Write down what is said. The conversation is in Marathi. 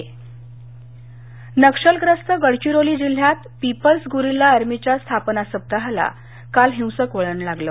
नक्षलवादी नक्षलग्रस्त गडचिरोली जिल्ह्यात पीपल्स गुरिल्ला आर्मीच्या स्थापना सप्ताहाला काल हिंसक वळण लागलं